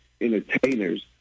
entertainers